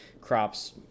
crops